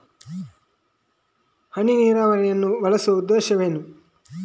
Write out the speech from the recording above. ಹನಿ ನೀರಾವರಿಯನ್ನು ಬಳಸುವ ಉದ್ದೇಶವೇನು?